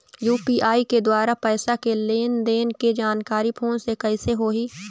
UPI के द्वारा पैसा के लेन देन के जानकारी फोन से कइसे होही?